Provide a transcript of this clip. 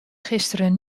gisteren